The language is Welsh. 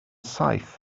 saith